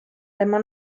tema